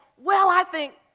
well, i think.